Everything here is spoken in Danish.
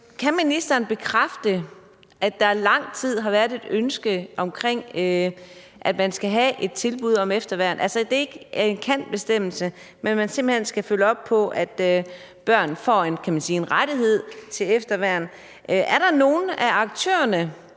Kan ministeren bekræfte, at der i lang tid har været et ønske om, at man skal have et tilbud om efterværn, altså ikke en »kan«-bestemmelse, men at man simpelt hen skal følge op på, at børn får en rettighed til efterværn? Er der nogen af de aktører